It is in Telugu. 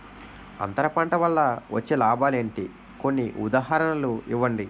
అంతర పంట వల్ల వచ్చే లాభాలు ఏంటి? కొన్ని ఉదాహరణలు ఇవ్వండి?